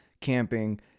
camping